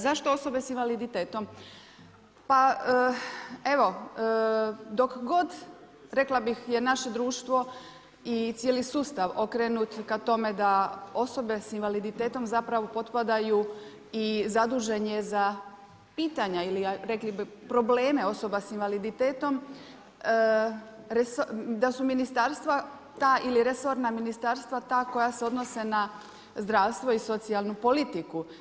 Zašto osobe s invaliditetom, pa evo, dok god, rekla bi je naše društvo i cijeli sustav okrenut ka tome, da osobe s invaliditetom, zapravo potpadaju i zadužen je za pitanja, ili rekli bi probleme osoba s invaliditetom, da su ministarstva ta ili resorna ministarstva ta koja se odnose na zdravstvo i socijalnu politiku.